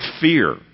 fear